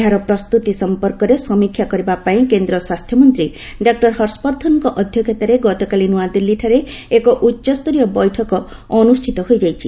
ଏହାର ପ୍ରସ୍ତୁତି ସମ୍ପର୍କରେ ସମୀକ୍ଷା କରିବା ପାଇଁ କେନ୍ଦ୍ର ସ୍ୱାସ୍ଥ୍ୟ ମନ୍ତ୍ରୀ ଡକ୍ଟର ହର୍ଷବର୍ଦ୍ଧନଙ୍କ ଅଧ୍ୟକ୍ଷତାରେ ଗତକାଲି ନ୍ନଆଦିଲ୍ଲୀଠାରେ ଏକ ଉଚ୍ଚସ୍ତରୀୟ ବୈଠକ ଅନୁଷ୍ଠିତ ହୋଇଯାଇଛି